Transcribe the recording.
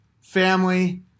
family